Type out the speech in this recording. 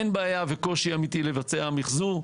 אין בעיה וקושי אמיתי לבצע מחזור.